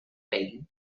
pain